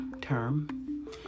term